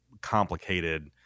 complicated